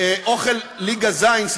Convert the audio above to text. אמרו שאין תשובת שר.